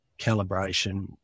calibration